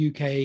UK